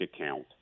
account